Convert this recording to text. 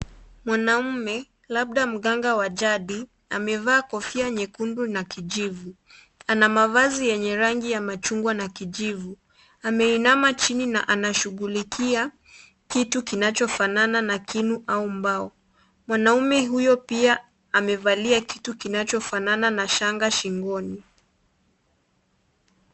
Mwanamume, labda mganga wa jadi, amevaa kofia nyekundu na kijivu. Ana mavazi yenye rangi ya machungwa na kijivu. Ameinama chini na anashughulikia kitu kinachofanana na kinu au mbao. Mwanamume huyo pia amevalia kitu kinachofanana na shanga shingoni.